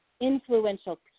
influential